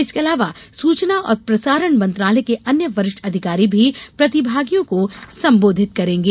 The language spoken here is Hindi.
इसके अलावा सूचना और प्रसारण मंत्रालय के अन्य वरिष्ठ अधिकारी भी प्रतिभागियों को संबोधित करेंगे